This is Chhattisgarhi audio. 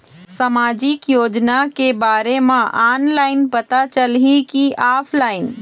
सामाजिक योजना के बारे मा ऑनलाइन पता चलही की ऑफलाइन?